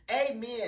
Amen